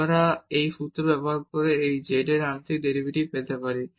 আমরা এই সূত্রটি ব্যবহার করে এই z এর আংশিক ডেরিভেটিভ পেতে পারি